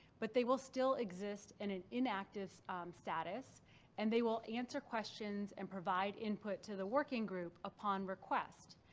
but they will still exist in an inactive status and they will answer questions and provide input to the working group upon request.